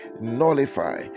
nullify